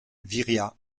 viriat